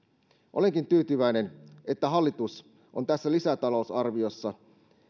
olenkin tyytyväinen että hallitus on tässä lisätalousarviossa